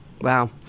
Wow